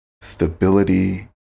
Stability